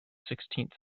sixteenth